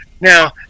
Now